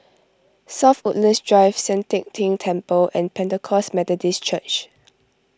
South Woodlands Drive Sian Teck Tng Temple and Pentecost Methodist Church